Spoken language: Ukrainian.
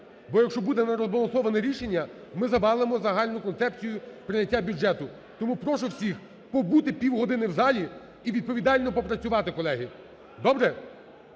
Бо якщо буде нерозбалансоване рішення, ми завалимо загальну концепцію прийняття бюджету. Тому прошу всіх побути півгодини в залі і відповідально попрацювати, колеги. Добре?